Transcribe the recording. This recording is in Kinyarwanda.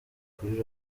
kuri